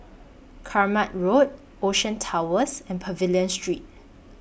Kramat Road Ocean Towers and Pavilion Street